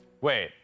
Wait